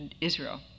Israel